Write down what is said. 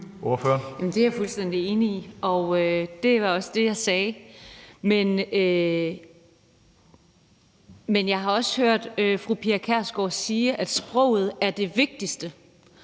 Det er jeg fuldstændig enig i, og det var også det, jeg sagde. Men jeg har også hørt fru Pia Kjærsgaard sige, at sproget er det vigtigste,